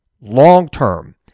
long-term